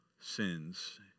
sins